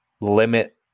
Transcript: limit